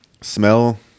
smell